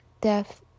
death